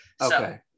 Okay